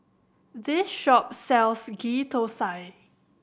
this shop sells Ghee Thosai